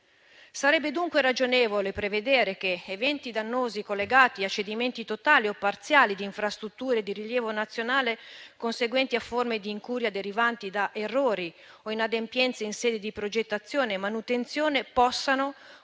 sarebbe, dunque, ragionevole prevedere che eventi dannosi collegati a cedimenti totali o parziali di infrastrutture di rilievo nazionale, conseguenti a forme di incuria derivanti da errori o inadempienze in sede di progettazione e manutenzione, possano,